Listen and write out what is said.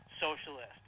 socialist